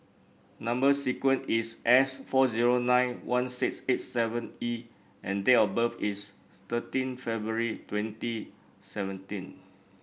number sequence is S four zero nine one six eight seven E and date of birth is thirteen February twenty seventeen